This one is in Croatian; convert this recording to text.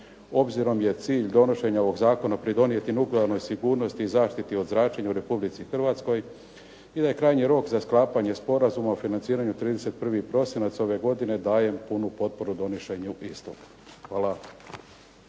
Obzirom je cilj donošenje ovog zakona pridonijeti nuklearnoj sigurnosti i zašiti od zračenja u Republici Hrvatskoj i da je krajnji rok za sklapanje sporazuma o financiranju 31. prosinac ove godine, dajem potpunu potporu donošenju u pismu. Hvala.